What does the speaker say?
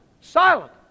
Silent